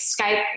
Skype